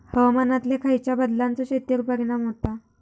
हवामानातल्या खयच्या बदलांचो शेतीवर परिणाम होता?